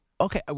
Okay